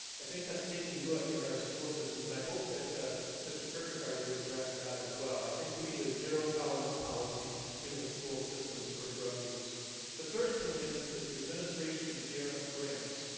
i think that's taking root in our school systems, and i hope that mr. kirkegaard would address that as well i think we need a zero-tolerance policy in the school systems for drug use the third thing is is that the administration of the gear up grants